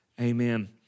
amen